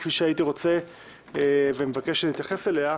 כפי שהייתי רוצה ומבקש שנתייחס אליה,